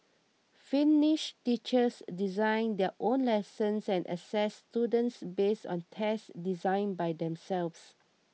finnish teachers design their own lessons and assess students based on tests designed by themselves